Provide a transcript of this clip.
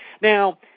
Now